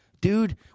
Dude